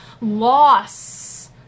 loss